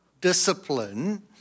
discipline